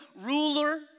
ruler